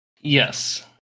Yes